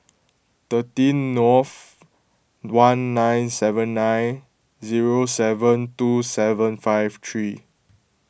thirteen Nov one nine seven nine zero seven two seven five three